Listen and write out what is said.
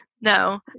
No